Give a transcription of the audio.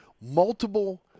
Multiple –